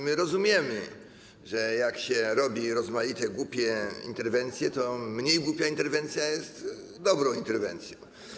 My rozumiemy, że jak się robi rozmaite głupie interwencje, to mniej głupia interwencja jest dobrą interwencją.